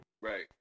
Right